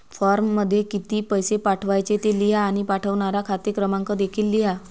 फॉर्ममध्ये किती पैसे पाठवायचे ते लिहा आणि पाठवणारा खाते क्रमांक देखील लिहा